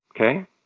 okay